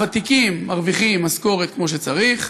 הוותיקים מרוויחים משכורת כמו שצריך,